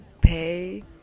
pay